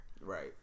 Right